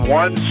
one